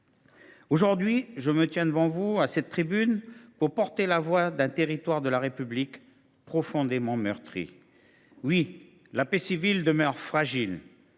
Aujourd’hui, je me tiens devant vous à cette tribune pour porter la voix d’un territoire de la République profondément meurtri, où la paix civile demeure fragile,